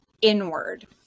inward